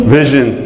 vision